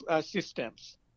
systems